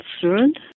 concerned